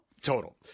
Total